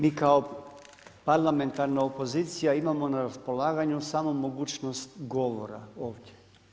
Mi kao parlamentarna opozicija imamo na raspolaganju samo mogućnost govora ovdje.